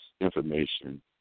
information